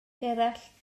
gerallt